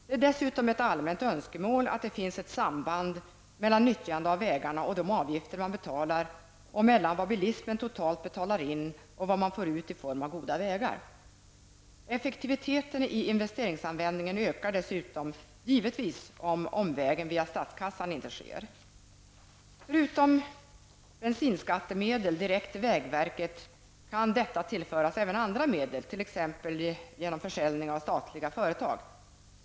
Det är dessutom ett allmänt önskemål att det finns ett samband mellan nyttjande av vägarna och de avgifter man betalar samt mellan vad bilismen totalt betalar in och vad man får ut i form av goda vägar. Effektiviteten i investeringsanvändningen ökar givetvis om omvägar via statskassan ej sker. Förutom bensinskattemedel direkt till vägverket kan verket tillföras även andra medel, t.ex. genom försäljning av statliga företag.